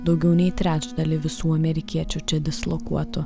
daugiau nei trečdalį visų amerikiečių čia dislokuotų